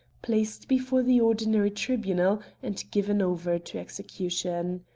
placed before the ordinary tribunal, and given over to execution.